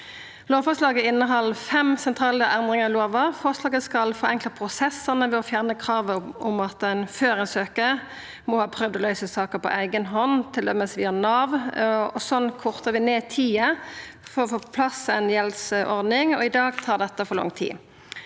Lovforslaget inneheld fem sentrale endringar i lova. Forslaget skal forenkla prosessane ved å fjerna kravet om at ein før ein søkjer, må ha prøvd å løysa saka på eiga hand, t.d. via Nav. Slik kortar vi ned tida for å få på plass ei gjeldsordning. I dag tar dette for lang tid.